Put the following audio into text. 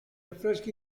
affreschi